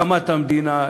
הקמת המדינה,